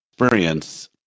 experience